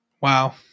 Wow